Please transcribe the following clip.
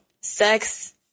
sex